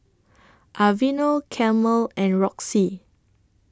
Aveeno Camel and Roxy